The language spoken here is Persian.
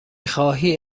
خواهی